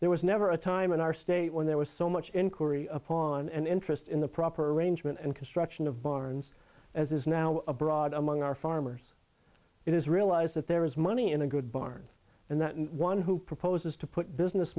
there was never a time in our state when there was so much inquiry upon an interest in the proper arrangement and construction of barns as is now abroad among our farmers it is realized that there is money in a good barn and that one who proposes to put business